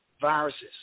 viruses